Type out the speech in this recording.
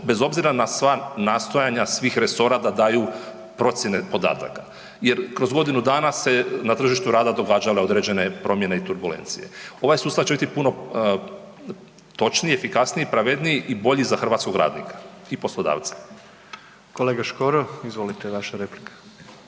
bez obzira na sva nastojanja svih resora da daju procjene podataka jer kroz godinu dana se je na tržištu rada događale određene promjene i turbulencije. Ovaj sustav će biti puno točniji, efikasniji, pravedniji i bolji za hrvatskog radnika i poslodavca. **Jandroković, Gordan